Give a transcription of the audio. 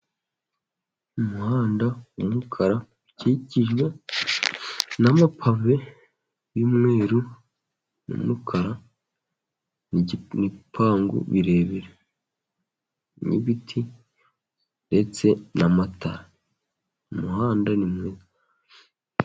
Umuhanda w'umukara ukikijwe n'amapave y'umweru n'umukara n'ibipangu birebire n'ibiti, ndetse n'amatara. Umuhanda ni mwiza.